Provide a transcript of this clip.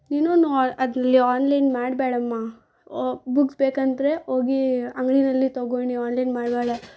ನೀನು ಅದರಲ್ಲಿ ಆನ್ಲೈನ್ ಮಾಡಬೇಡಮ್ಮ ಬುಕ್ಸ್ ಬೇಕಂದರೆ ಹೋಗಿ ಅಂಗಡಿನಲ್ಲಿ ತೊಗೊ ನೀನು ಆನ್ಲೈನ್ ಮಾಡಬೇಡ